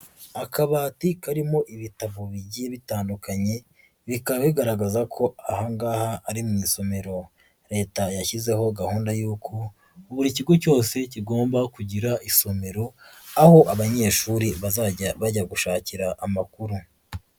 Akabati karimo ibitabo bigiye bitandukanye, bikaba bigaragaza ko aha ngaha ari mu isomero, Leta yashyizeho gahunda y'uko buri kigo cyose kigomba kugira isomero aho abanyeshuri bazajya bajya gushakira amakuru.